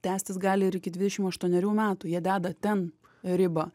tęstis gali ir iki dvidešim aštuonerių metų jie deda ten ribą